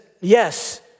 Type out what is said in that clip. yes